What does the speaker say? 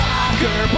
Soccer